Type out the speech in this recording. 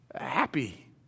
happy